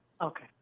Okay